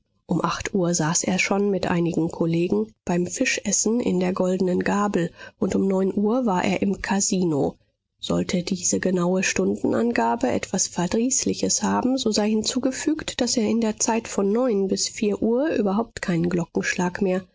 um acht uhr saß er schon mit einigen kollegen beim fischessen in der goldenen gabel und um neun uhr war er im kasino sollte diese genaue stundenangabe etwas verdrießliches haben so sei hinzugefügt daß er in der zeit von neun bis vier uhr überhaupt keinen glockenschlag mehr